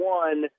one